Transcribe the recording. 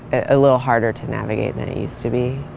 a little harder to navigate than it used to be.